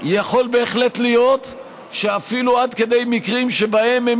יכול בהחלט להיות שאפילו עד כדי מקרים שבהם הם